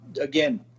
again